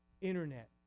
Internet